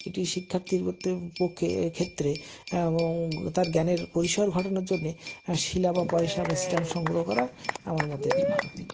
একটি শিক্ষার্থীর পক্ষে এক্ষেত্রে তার জ্ঞানের পরিসর ঘটানোর জন্যে শিলা বা পয়সা বা স্ট্যাম্প সংগ্রহ করা আমার মতে একটি ভালো দিক